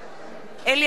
אלי אפללו,